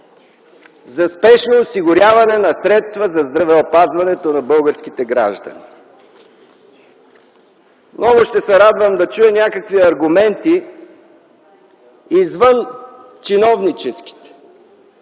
за спешно осигуряване на средства за здравеопазването на българските граждани. Много ще се радвам да чуя някакви аргументи извън чиновническите,